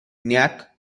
nyack